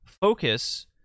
focus